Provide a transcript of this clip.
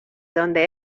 dónde